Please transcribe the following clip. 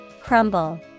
Crumble